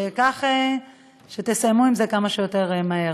כך שתסיימו עם זה כמה שיותר מהר.